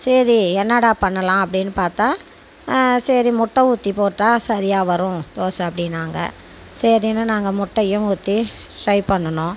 சரி என்னடா பண்ணலாம் அப்படின்னு பார்த்தா சரி முட்டை ஊற்றி போட்டால் சரியாக வரும் தோசை அப்படின்னாங்க சரின்னு நாங்கள் முட்டையும் ஊற்றி ட்ரை பண்ணுனோம்